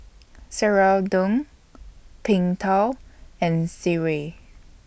Serunding Png Tao and Sireh